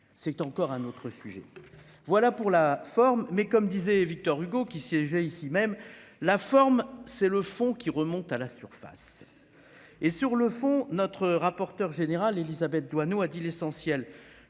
c'est encore un autre sujet, voilà pour la forme mais comme disait Victor Hugo, qui siégea ici même la forme, c'est le fond qui remonte à la surface et sur le fond, notre rapporteur général, Élisabeth Doineau, a dit l'essentiel,